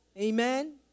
amen